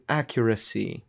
accuracy